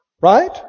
Right